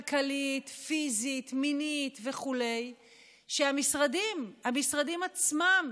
כלכלית, פיזית, מינית וכו'; המשרדים, המשרדים עצמם